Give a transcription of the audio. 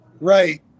right